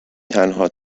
تنها